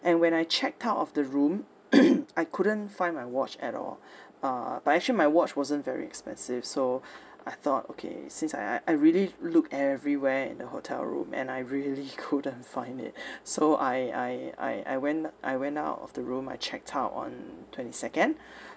and when I checked out of the room I couldn't find my watch at all uh but actually my watch wasn't very expensive so I thought okay since I I I really looked everywhere in the hotel room and I really couldn't find it so I I I I went I went out of the room I checked out on twenty second